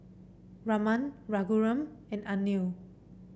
Raman Raghuram and Anil